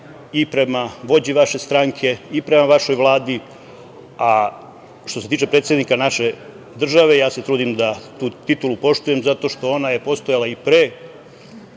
i prema vođi vaše stranke i prema vašoj Vladi. Što se tiče predsednika naše države, ja se trudim da tu titulu poštujem zato što je ona postojala i pre